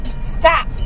Stop